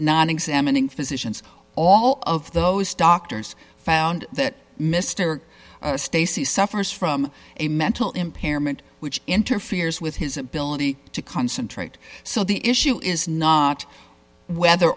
not examining physicians all of those doctors found that mr stacey suffers from a mental impairment which interferes with his ability to concentrate so the issue is not whether